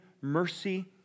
mercy